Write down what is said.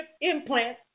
implant